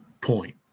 point